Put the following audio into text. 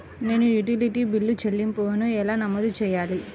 నేను utility bill చెల్లింపులను ఎలా నమోదు చేయాలి?